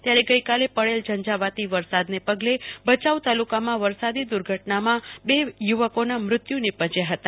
ત્યારે ગઈકાલે પડેલ ઝંઝવાતી વરસાદના ગપલે ભયાઉ તાલુકામાં વરસાદી દુર્ઘટનામાં બે યુ વકોના મૃત્યુનીપશ્ચ્યા હતા